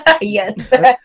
Yes